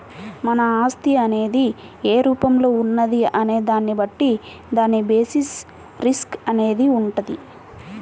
మన ఆస్తి అనేది ఏ రూపంలో ఉన్నది అనే దాన్ని బట్టి దాని బేసిస్ రిస్క్ అనేది వుంటది